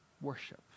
Worship